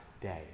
day